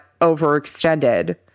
overextended